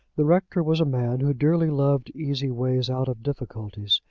the rector was a man who dearly loved easy ways out of difficulties.